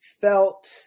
felt